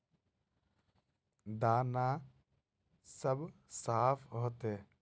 दाना सब साफ होते?